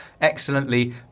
excellently